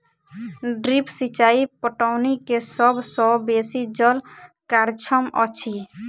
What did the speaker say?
drip सिचाई पटौनी के सभ सॅ बेसी जल कार्यक्षम अछि